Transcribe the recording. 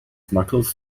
knuckles